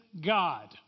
God